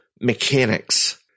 mechanics